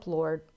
Lord